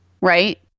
Right